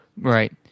Right